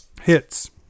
Hits